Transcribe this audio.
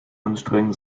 anstrengen